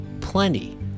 plenty